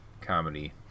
comedy